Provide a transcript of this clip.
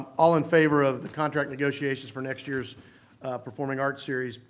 all in favor of the contract negotiations for next year's performing arts series,